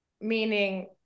Meaning